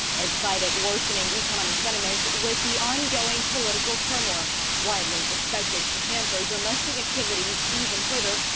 it cited worsening economic sentiment, with the ongoing political turmoil widely expected to hamper domestic activities even further,